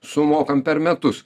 sumokam per metus